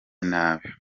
nabi